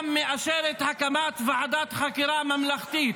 גם מאשרת הקמת ועדת חקירה ממלכתית.